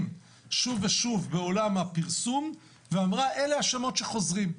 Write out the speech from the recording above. מעולם הפרסום שחוזרים שוב ושוב ואמרה: אלה השמות שחוזרים.